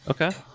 Okay